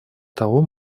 того